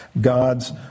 God's